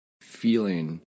feeling